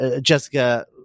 Jessica